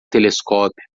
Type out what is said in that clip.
telescópio